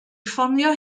ffonio